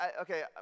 okay